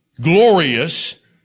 glorious